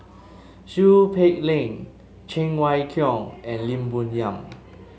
Seow Peck Leng Cheng Wai Keung and Lim Bo Yam